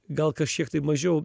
gal kažkiek tai mažiau